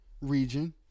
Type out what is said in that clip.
region